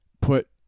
put